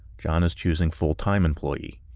john is choosing full-time employee.